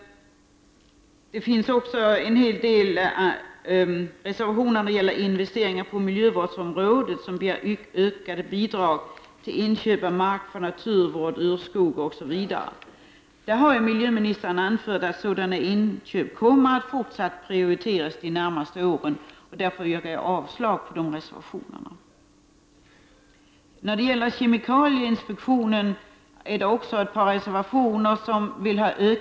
Det finns också en hel del reservationer som gäller investeringar på miljövårdsområdet. Ökade bidrag begärs till inköp av mark för naturvård, urskog osv. Miljöministern har anfört att sådana inköp kommer att fortsatt prioriteras de närmaste åren, och därför yrkar jag avslag på de reservationerna. Vidare finns det reservationer där det yrkas på ökade bidrag till kemikalieinspektionen.